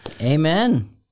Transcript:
Amen